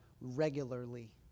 regularly